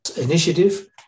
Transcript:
initiative